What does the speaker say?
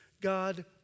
God